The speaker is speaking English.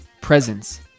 presence